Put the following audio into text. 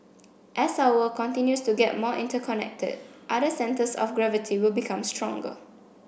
as our continues to get more interconnected other centres of gravity will become stronger